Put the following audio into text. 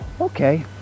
okay